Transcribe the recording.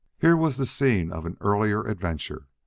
here was the scene of an earlier adventure.